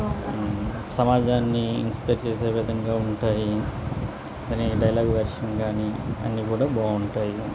సమాజాన్ని ఇన్స్పైర్ చేసే విధంగా ఉంటాయి దాని డైలాగ్ వేషం కానీ అన్న కూడా బాగుంటాయి